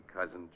Cousin